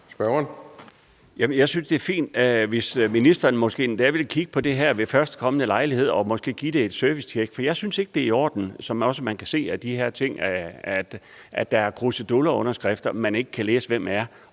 jeg synes, det vil være fint, hvis ministeren måske vil kigge på det her ved førstkommende lejlighed og give det et servicetjek, for jeg synes ikke, at det, man kan se af det her, er i orden, altså at der er krusedulleunderskrifter, man ikke kan læse hvem der har